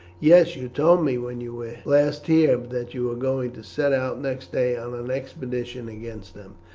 yes, you told me when you were last here that you were going to set out next day on an expedition against them.